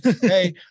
hey